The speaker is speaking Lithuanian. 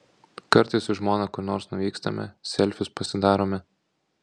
kartais su žmona kur nors nuvykstame selfius pasidarome